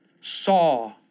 saw